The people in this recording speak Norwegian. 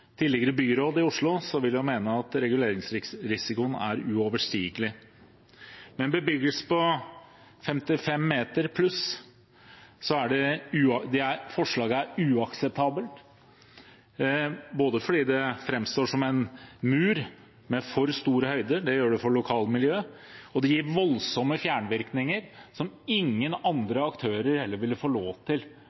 tidligere byråd i Oslo, vil jeg mene at reguleringsrisikoen er uoverstigelig. Med en bebyggelse på 55 meter pluss er forslaget uakseptabelt, fordi det framstår som en mur med for stor høyde – det gjør det for lokalmiljøet, og det gir voldsomme fjernvirkninger – som ingen andre aktører ville få lov til